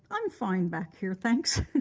i'm fine back here, thanks.